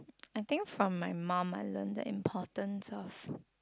I think from my mum I learn the importance of